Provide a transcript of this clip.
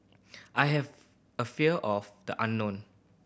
I have a fear of the unknown